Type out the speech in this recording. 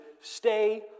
stay